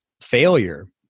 failure